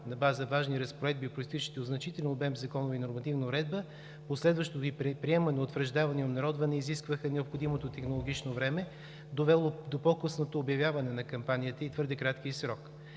на база важни разпоредби, произтичащи от значителен обем законова и нормативна уредба, последващото ѝ приемане, утвърждаване и обнародване изискваха необходимото технологично време, довело до по-късното обявяване на кампанията и твърде краткия ѝ срок.